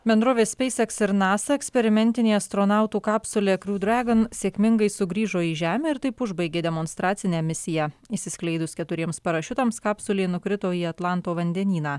bendrovės speis eks ir nasa eksperimentinė astronautų kapsulė kru dragon sėkmingai sugrįžo į žemę ir taip užbaigė demonstracinę misiją išsiskleidus keturiems parašiutams kapsulė nukrito į atlanto vandenyną